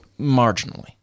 Marginally